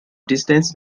distance